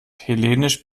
hellenisch